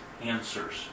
answers